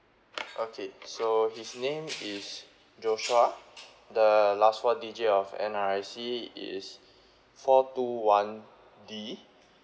okay so his name is joshua the last four digit of N_R_I_C is four two one D